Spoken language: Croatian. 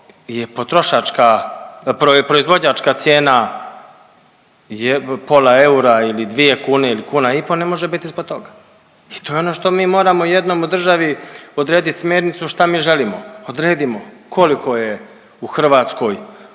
je potrošačka, proizvođačka cijena je pola eura ili dvije kune ili kuna i pol, ne može bit ispod toga. I to je ono što mi moramo jednom u državi odredit smjernicu šta mi želimo. Odredimo, koliko je u Hrvatskoj